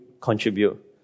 contribute